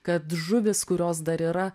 kad žuvys kurios dar yra